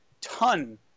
ton